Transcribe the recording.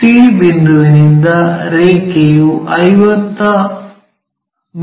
C ಬಿಂದುವಿನಿಂದ ರೇಖೆಯು 50 ಮಿ